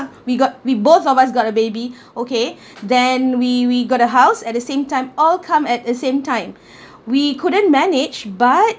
we got we both of us got a baby okay then we we got a house at the same time all come at a same time we couldn't managed but